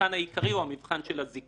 המבחן העיקרי הוא המבחן של הזיקות,